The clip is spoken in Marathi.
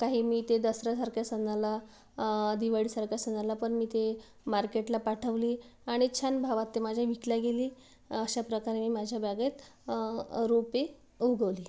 काही मी ते दसऱ्यासारख्या सणाला दिवाळीसारख्या सणाला पण मी ते मार्केटला पाठवली आणि छान भावात ते माझ्या विकली गेली अशाप्रकारे मी माझ्या बागेत रोपे उगवली